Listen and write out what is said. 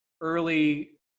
early